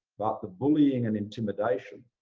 about the bullying and intimidation